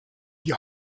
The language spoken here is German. die